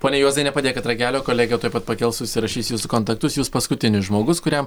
pone juozai nepadėkit ragelio kolegė tuoj pat pakels užsirašys jūsų kontaktus jūs paskutinis žmogus kuriam